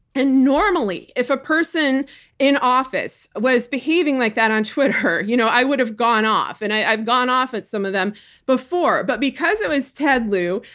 and normally, if a person in office was behaving like that on twitter, you know i would've gone off. and i've gone off at some of them before, but because it was ted lieu,